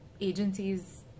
agencies